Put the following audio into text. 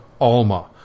Alma